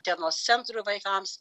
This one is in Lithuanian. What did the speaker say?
dienos centrų vaikams